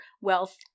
wealth